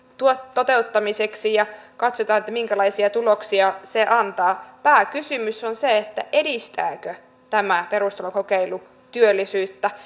toteuttamiseksi ja katsotaan minkälaisia tuloksia se antaa pääkysymys on se edistääkö tämä perustulokokeilu työllisyyttä